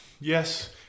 Yes